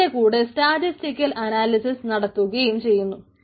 അതിന്റെ കൂടെ statistical analysis നടത്തുകയും ചെയ്യുന്നു